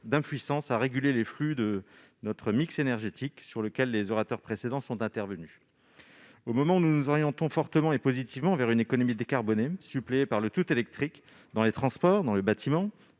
d'impuissance à réguler les flux de notre mix énergétique au sujet duquel les orateurs précédents sont intervenus. Au moment où nous nous orientons fortement et positivement vers une économie décarbonée reposant sur le tout-électrique- dans les transports, dans le bâtiment